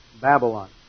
Babylon